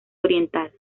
oriental